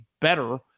better